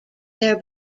their